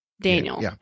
Daniel